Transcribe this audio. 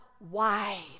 wide